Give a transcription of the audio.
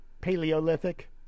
Paleolithic